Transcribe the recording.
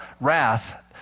wrath